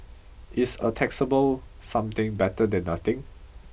is a taxable something better than nothing